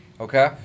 Okay